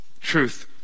truth